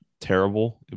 Terrible